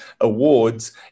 Awards